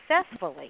successfully